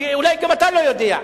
כי אולי גם אתה לא יודע,